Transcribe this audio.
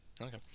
Okay